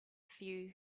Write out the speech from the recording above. few